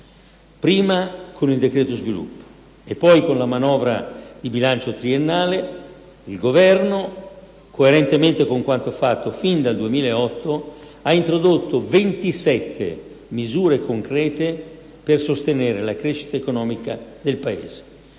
Prima con il decreto sviluppo e poi con la manovra di bilancio triennale, il Governo, coerentemente con quanto fatto fin dal 2008, ha introdotto ventisette misure concrete per sostenere la crescita economica del Paese: